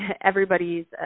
everybody's